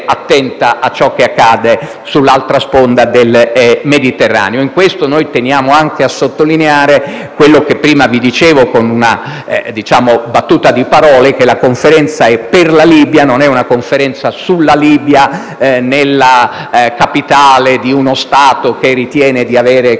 attenta a ciò che accade sull'altra sponda del Mediterraneo. In questo senso teniamo anche a sottolineare quello che prima vi dicevo con un gioco di parole, ovvero che la Conferenza è «per la Libia», e non «sulla Libia» nella capitale di uno Stato che ritiene di avere